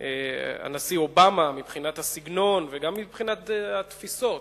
הנשיא אובמה, מבחינת הסגנון וגם מבחינת התפיסות,